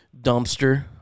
Dumpster